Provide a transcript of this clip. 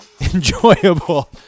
enjoyable